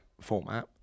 format